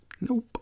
Nope